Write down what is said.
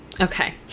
okay